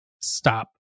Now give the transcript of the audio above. Stop